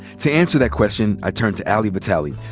to answer that question, i turned to ali vitali,